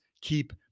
keep